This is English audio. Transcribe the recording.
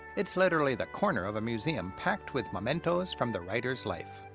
it's literally the corner of a museum packed with mementos from the writer's life.